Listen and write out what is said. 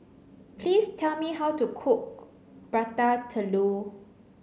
please tell me how to cook Prata Telur